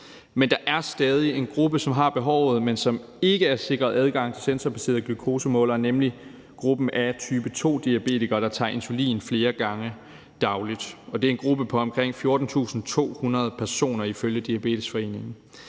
Men der er stadig en gruppe, som har behovet, men som ikke er sikret adgang til sensorbaserede glukosemålere, nemlig gruppen af type 2-diabetikere, der tager insulin flere gange dagligt, og det er en gruppe på omkring 14.200 personer ifølge Diabetesforeningen.